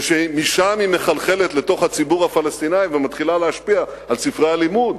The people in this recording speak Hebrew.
ושמשם היא מחלחלת לתוך הציבור הפלסטיני ומתחילה להשפיע על ספרי הלימוד